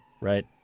right